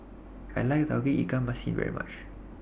I like Tauge Ikan Masin very much